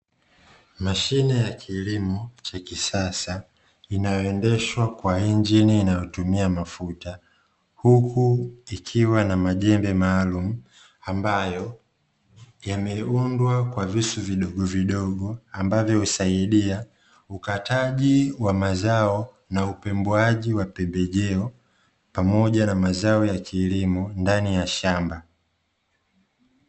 Mashine ya kilimo cha kisasa inayoendeshwa kwa injini inayotumia mafuta, huku ikiwa na majembe maalumu, ambayo yameundwa kwa visu vidogovidogo, ambavyo husaidia ukataji wa mazao na upembuaji wa pembejeo, pamoja na mazao ya kilimo ndani ya shamba.